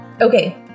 Okay